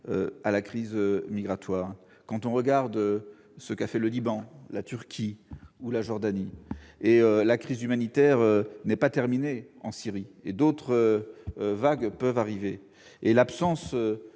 à la crise migratoire. Il faut regarder ce qu'ont fait, en la matière, le Liban, la Turquie ou la Jordanie. La crise humanitaire n'est pas terminée en Syrie : d'autres vagues peuvent arriver. Or l'absence